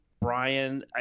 Brian